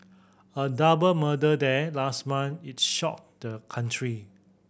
a double murder there last month is shocked the country